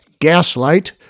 Gaslight